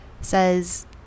says